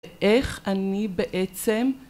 איך אני בעצם